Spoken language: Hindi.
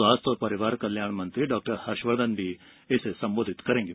स्वास्थ्य और परिवार कल्याण मंत्री डॉक्टर हर्षवर्धन भी इसे सम्बोधित करेंगे